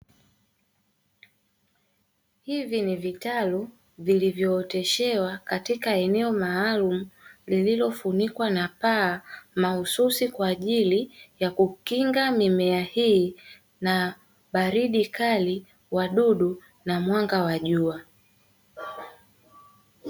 Hivi ni vitalu vilivyooteshewa katika eneo maalumu; lililofunikwa na paa mahususi kwa ajili ya kukinga mimea hii na baridi kali, wadudu na mwanga wa jua.